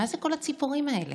מה אלו כל הציפורים האלה?